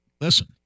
Listen